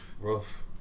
rough